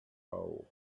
hole